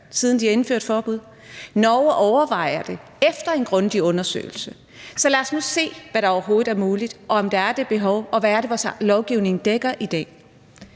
siden de har indført forbuddet. Norge overvejer det efter en grundig undersøgelse. Så lad os nu se, hvad der overhovedet er muligt, og om der er det behov, og hvad det er, vores lovgivning dækker i dag.